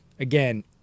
Again